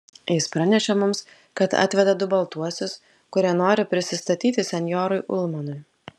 jis pranešė mums kad atveda du baltuosius kurie nori prisistatyti senjorui ulmanui